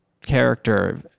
character